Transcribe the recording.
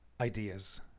ideas